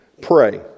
Pray